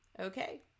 okay